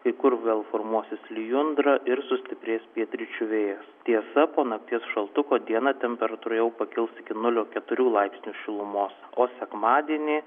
kai kur gal formuosis lijundra ir sustiprės pietryčių vėjas tiesa po nakties šaltuko dieną temperatūra jau pakils iki nulio keturių laipsnių šilumos o sekmadienį